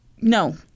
no